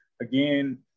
again